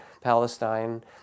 Palestine